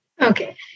Okay